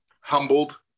humbled